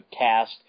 cast